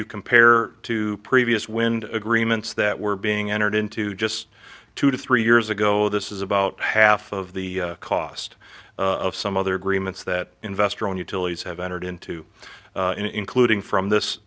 you compare to previous wind agreements that were being entered into just two to three years ago this is about half of the cost of some other agreements that investor owned utilities have entered into including from this